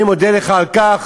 אני מודה לך על כך,